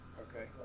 Okay